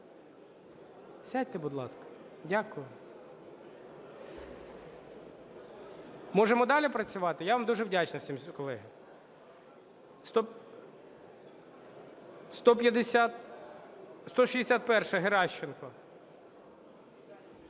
Сядьте, будь ласка. Дякую. Можемо далі працювати? Я вам дуже вдячний всім, колеги.